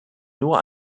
nur